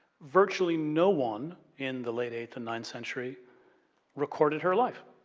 virtually no one in the late eighth and ninth century recorded her life.